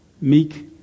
Meek